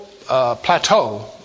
plateau